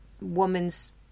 woman's